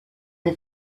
the